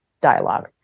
dialogue